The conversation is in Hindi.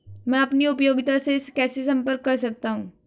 मैं अपनी उपयोगिता से कैसे संपर्क कर सकता हूँ?